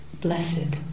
blessed